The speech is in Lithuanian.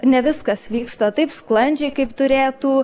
ne viskas vyksta taip sklandžiai kaip turėtų